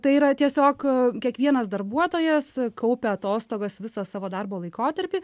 tai yra tiesiog kiekvienas darbuotojas kaupia atostogas visą savo darbo laikotarpį